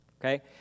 okay